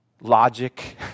logic